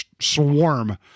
swarm